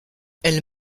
elle